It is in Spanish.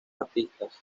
artistas